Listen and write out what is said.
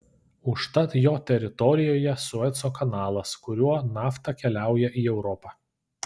užtat jo teritorijoje sueco kanalas kuriuo nafta keliauja į europą